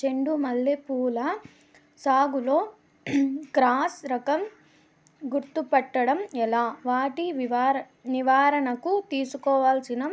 చెండు మల్లి పూల సాగులో క్రాస్ రకం గుర్తుపట్టడం ఎలా? వాటి నివారణకు తీసుకోవాల్సిన